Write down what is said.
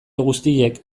guztiek